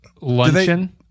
luncheon